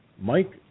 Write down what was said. Mike